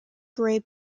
grey